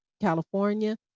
California